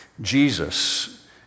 Jesus